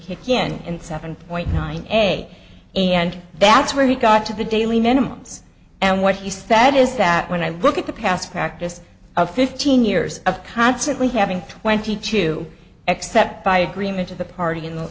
kick in and seven point nine a and that's where he got to the daily minimums and what he said is that when i look at the past practice of fifteen years of constantly having twenty two except by agreement of the party in th